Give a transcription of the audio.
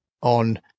on